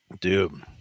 dude